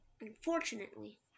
unfortunately